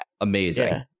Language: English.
amazing